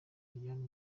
doriane